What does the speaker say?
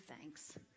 thanks